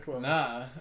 Nah